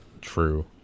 true